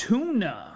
Tuna